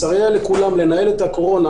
מסייע לכולם לנהל את הקורונה